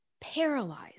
paralyzed